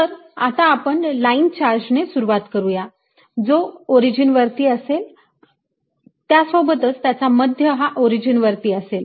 तर आता आपण लाईन चार्ज ने सुरुवात करुया जो ओरिजिन वरती असेल त्यासोबतच त्याचा मध्य हा ओरिजीन वरती असेल